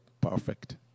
perfect